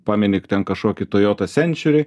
pameni ten kažkokį toyota century